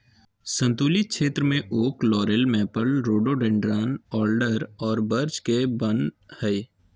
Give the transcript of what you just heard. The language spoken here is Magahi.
सन्तुलित क्षेत्र में oak, laurel, maple, rhododendron, alder और बर्च के वन हइ